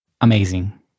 amazing